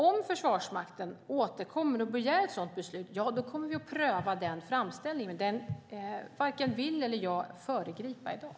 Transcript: Om Försvarsmakten återkommer och begär ett sådant beslut kommer vi att pröva denna framställan, men den varken kan eller vill jag föregripa i dag.